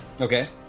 Okay